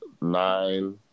nine